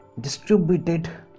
distributed